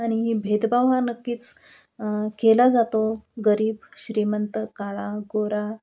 आणि भेदभाव हा नक्कीच केला जातो गरीब श्रीमंत काळा गोरा